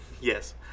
Yes